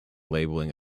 labeling